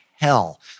hell